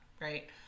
right